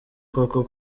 koko